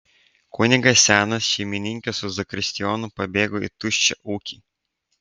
kunigas senas šeimininkė su zakristijonu pabėgo į tuščią ūkį